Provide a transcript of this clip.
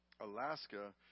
Alaska